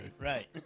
right